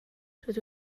rydw